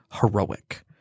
heroic